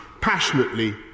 passionately